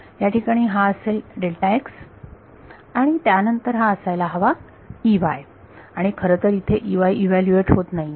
याठिकाणी हा असेल आणि त्यानंतर हा असायला हवा आणि खरंतर इथे इव्हॅल्यूएट होत नाहीये